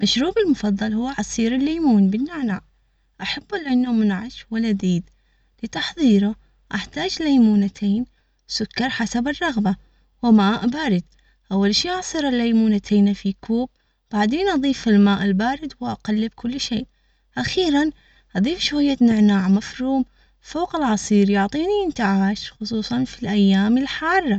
مشروبي المفضل هو عصير الليمون بالنعنع، أحبه لأنه منعش و لذيذ لتحضيره، أحتاج ليمونتين، سكر حسب الرغبة، و ماء بارد، أول شي عصير الليمونتين في كوب، بعدين أضيف الماء البارد وأقلب كل شيء أخيراً اضيف شوية نعناع مفروم فوف العصير يعطيني انتعاش وخصوصا في الايام الحارة